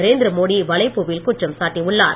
நரேந்திரமோடி வலைப்பூவில் குற்றம் சாட்டியுள்ளார்